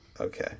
okay